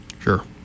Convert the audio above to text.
Sure